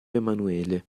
emanuele